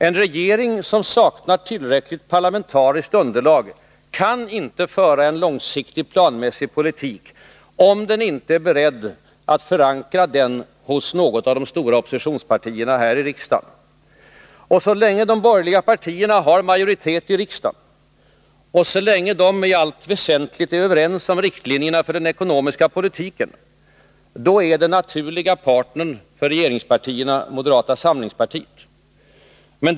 En regering som saknar tillräckligt parlamentariskt underlag kan inte föra en långsiktig, planmässig politik, om den inte är beredd att förankra sin politik hos något av de stora oppositionspartierna här i riksdagen. Så länge de borgerliga partierna har majoritet i riksdagen, och så länge de i allt väsentligt är överens om riktlinjerna för den ekonomiska politiken, är därför moderata samlingspartiet regeringspartiernas naturliga partner.